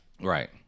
right